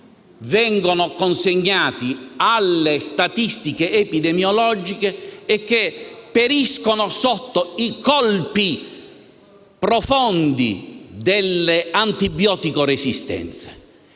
vengono consegnati alle statistiche epidemiologiche e che periscono sotto i colpi profondi delle antibiotico-resistenze.